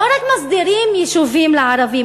לא רק מסדירים יישובים לערבים,